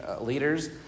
leaders